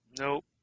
Nope